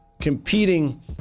competing